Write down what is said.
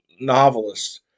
novelists